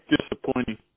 Disappointing